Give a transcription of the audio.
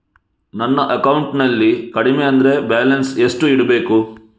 ನನ್ನ ಅಕೌಂಟಿನಲ್ಲಿ ಕಡಿಮೆ ಅಂದ್ರೆ ಬ್ಯಾಲೆನ್ಸ್ ಎಷ್ಟು ಇಡಬೇಕು?